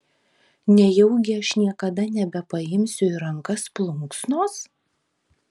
nejaugi aš niekada nebepaimsiu į rankas plunksnos